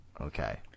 Okay